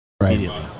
immediately